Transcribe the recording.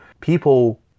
people